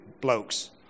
blokes